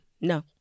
No